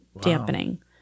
dampening